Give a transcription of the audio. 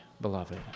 beloved